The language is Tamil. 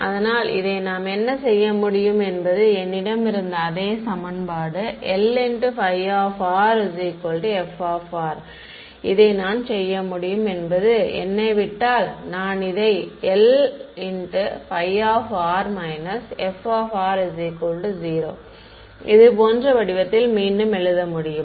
அதனால் இதை நாம் என்ன செய்ய முடியும் என்பது என்னிடம் இருந்த அதே சமன்பாடு Lφ f இதை நான் என்ன செய்ய முடியும் என்பது என்னை விட்டால் நான் இதை Lφ − f 0 இது போன்ற வடிவத்தில் மீண்டும் எழுத முடியும்